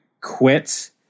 quit